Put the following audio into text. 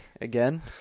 again